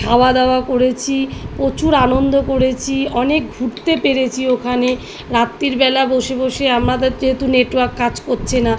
খাওয়া দাওয়া করেচি প্রচুর আনন্দ করেছি অনেক ঘুরতে পেরেছি ওখানে রাত্রিরবেলা বসে বসে আমাদের যেহেতু নেটওয়র্ক কাজ করছে না